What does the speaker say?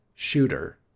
Shooter